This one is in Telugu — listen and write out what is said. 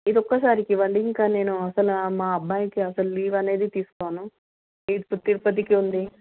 ఇది ఒక్కసారికి ఇవ్వండి ఇంకా నేను అసలు మా అబ్బాయికి అసలు లీవ్ అనేదే తీసుకోను ఇప్పుడు తిరుపతికి ఉంది